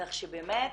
כך שבאמת